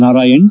Narayan